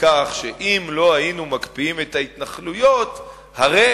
בכך שאם לא היינו מקפיאים את ההתנחלויות הרי